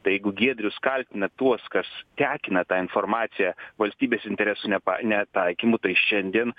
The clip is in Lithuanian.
tai jeigu giedrius kaltina tuos kas tekina tą informaciją valstybės interesų nepa netaikymu tai šiandien